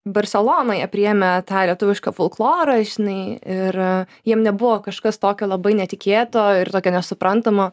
barselonoj jie priėmė tą lietuvišką folklorą žinai ir jiem nebuvo kažkas tokio labai netikėto ir tokio nesuprantamo